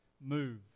move